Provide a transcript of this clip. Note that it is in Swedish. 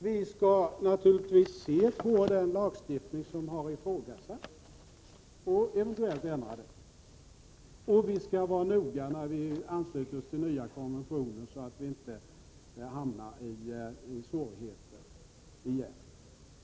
Vi skall naturligtvis se på den lagstiftning som har ifrågasatts och eventuellt ändra den, och vi skall vara noga när vi ansluter oss till nya konventioner, så att vi inte hamnar i svårigheter igen.